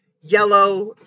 yellow